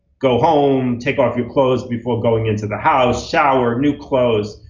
go home, take off your clothes before going into the house, shower, new clothes.